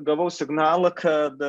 gavau signalą kad